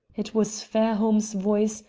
it was fairholme's voice,